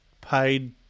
paid